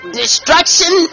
destruction